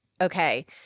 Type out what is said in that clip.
okay